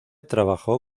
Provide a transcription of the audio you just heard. trabajó